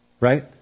Right